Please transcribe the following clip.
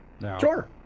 Sure